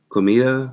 Comida